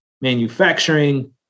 manufacturing